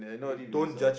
believe in yourself